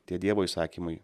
tie dievo įsakymai